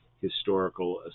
historical